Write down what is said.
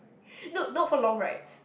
no not for long rides